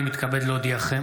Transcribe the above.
הינני מתכבד להודיעכם,